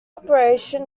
operation